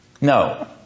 no